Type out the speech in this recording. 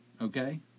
okay